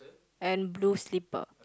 and blue slipper